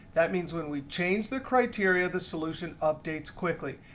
that means when we change the criteria, the solution updates quickly.